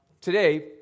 today